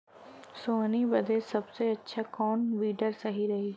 सोहनी बदे सबसे अच्छा कौन वीडर सही रही?